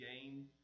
gain